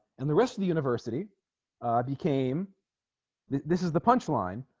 and the rest of the university became this is the punch line